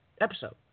episode